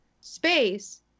space